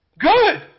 Good